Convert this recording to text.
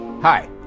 Hi